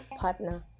partner